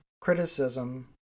criticism